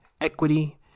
equity